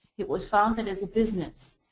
it was founded as a business.